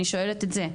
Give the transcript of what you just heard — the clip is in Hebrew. אני שואלת את זה.